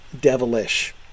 devilish